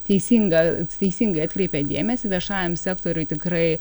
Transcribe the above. teisingą teisingai atkreipė dėmesį viešajam sektoriui tikrai